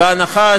בהנחה,